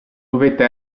dovette